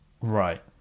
Right